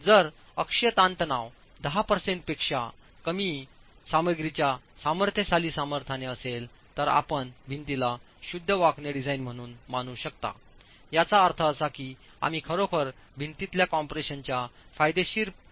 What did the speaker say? जर अक्षीय ताणतणाव 10 पेक्षा कमी सामग्रीच्या सामर्थ्यशाली सामर्थ्याने असेल तर आपण भिंतीला शुद्ध वाकणे डिझाइन म्हणून मानू शकतायाचा अर्थ असा की आम्ही खरोखर भिंतीतल्या कम्प्रेशनच्या फायदेशीर परिणामावर अवलंबून नाहीत